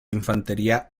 infantería